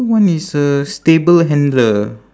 one is a stable handler